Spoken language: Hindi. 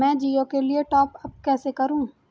मैं जिओ के लिए टॉप अप कैसे करूँ?